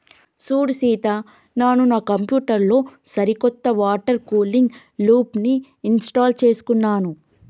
సూడు సీత నాను నా కంప్యూటర్ లో సరికొత్త వాటర్ కూలింగ్ లూప్ని ఇంస్టాల్ చేసుకున్నాను